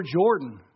Jordan